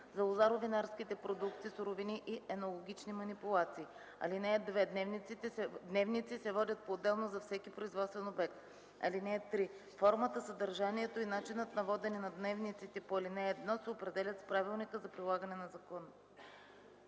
за лозаро-винарските продукти, суровини и енологични манипулации. (2) Дневници се водят поотделно за всеки производствен обект. (3) Формата, съдържанието и начинът на водене на дневниците по ал. 1 се определят с правилника за прилагане на закона.”